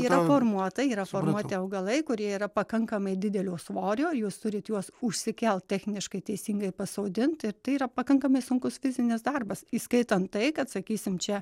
yra formuota yra formuoti augalai kurie yra pakankamai didelio svorio jūs turit juos užsikelt techniškai teisingai pasodint ir tai yra pakankamai sunkus fizinis darbas įskaitant tai kad sakysim čia